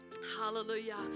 Hallelujah